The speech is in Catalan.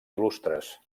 il·lustres